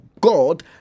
God